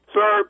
Sir